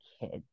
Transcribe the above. kids